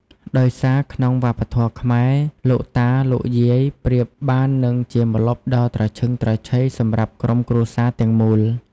ដោយសារ ក្នុងវប្បធម៌ខ្មែរ លោកតាលោកយាយប្រៀបបានហ្នឹងជាម្លប់ដ៏ត្រឈឹងត្រឈៃសម្រាប់ក្រុមគ្រួសារទាំងមូល។